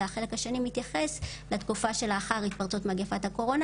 החלק השני מתייחס לתקופה של לאחר התפרצות מגפת הקורונה